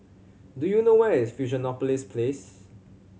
do you know where is Fusionopolis Place